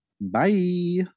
bye